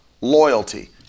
loyalty